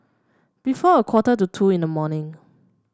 before a quarter to two in the morning